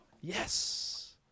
Yes